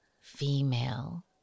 female